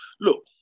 look